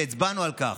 והצבענו על כך.